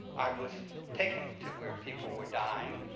i was taken to where people were dying,